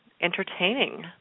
entertaining